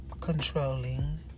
controlling